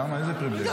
למה, איזה פריבילגיות?